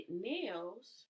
nails